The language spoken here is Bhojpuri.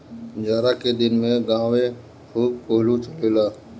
जाड़ा के दिन में गांवे खूब कोल्हू चलेला